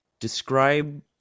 describe